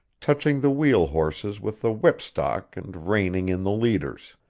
touching the wheel horses with the whipstock and reining in the leaders.